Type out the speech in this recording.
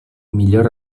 millor